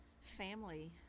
family